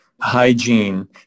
hygiene